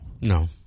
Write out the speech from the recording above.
No